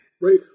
Right